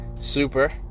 super